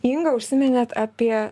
inga užsiminėt apie